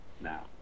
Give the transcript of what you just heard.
now